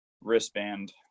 wristband